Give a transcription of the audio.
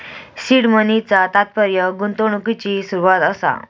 seed मनीचा तात्पर्य गुंतवणुकिची सुरवात असा